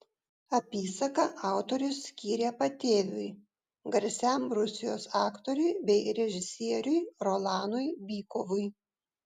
apysaką autorius skyrė patėviui garsiam rusijos aktoriui bei režisieriui rolanui bykovui